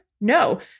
No